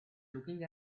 looking